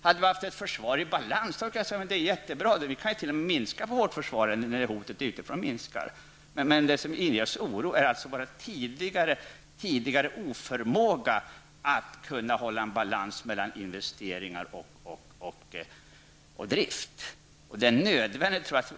Hade vi haft ett försvar i balans hade vi nu kunnat säga: Vi kan minska på vårt försvar nu när hotet utifrån minskar. Men det som inger oss oro är en följd av vår tidigare oförmåga att hålla balans mellan investeringar och drift.